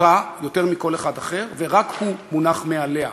אותה יותר מכל אחד אחר, ורק הוא מונח מעליה,